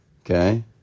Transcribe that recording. Okay